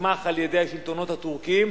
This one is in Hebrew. שנתמך על-ידי השלטונות הטורקיים,